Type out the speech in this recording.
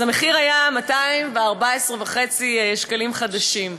המחיר היה 214.5 שקלים חדשים.